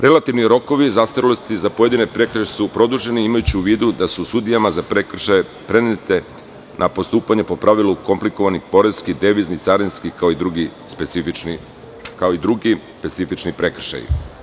Relativni rokovi zastarelosti za pojedine prekršaje su produženi, imajući u vidu da su sudijama za prekršaje prenete na postupanje po pravilu komplikovani poreski, devizni, carinski, kao i drugi specifični prekršaji.